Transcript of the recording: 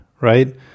right